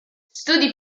studi